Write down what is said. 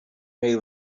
made